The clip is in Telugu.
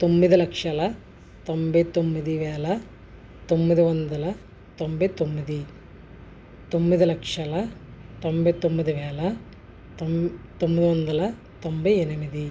తొమ్మిది లక్షల తొంభై తొమ్మిది వేల తొమ్మిది వందల తొంభై తొమ్మిది తొమ్మిది లక్షల తొంభై తొమ్మిది వేల తొమ్మిది వందల తొంభై ఎనిమిది